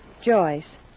Joyce